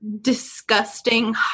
disgusting